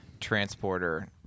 Transporter